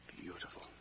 Beautiful